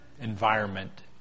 environment